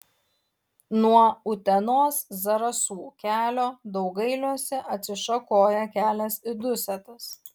nuo utenos zarasų kelio daugailiuose atsišakoja kelias į dusetas